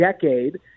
decade